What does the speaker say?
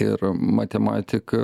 ir matematika